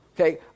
Okay